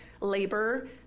labor